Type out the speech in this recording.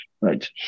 right